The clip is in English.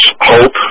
hope